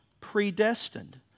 predestined